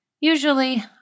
Usually